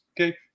okay